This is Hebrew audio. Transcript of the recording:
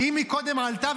היא קודם עלתה,